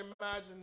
imagine